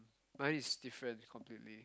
mine is different completely